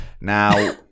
Now